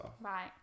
Right